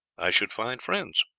i should find friends.